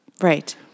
Right